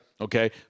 Okay